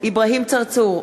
אברהים צרצור,